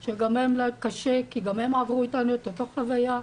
גם להם קשה כי הם עברו איתנו את אותה חוויה.